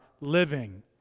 living